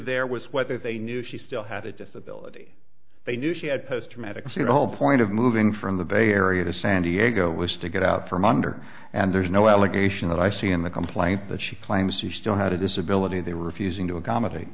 there was whether they knew she still had a disability they knew she had post traumatic see the whole point of moving from the bay area to san diego was to get out from under and there's no allegation that i see in the complaint that she claims she still had a disability they were refusing to accommodate